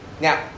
Now